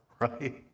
Right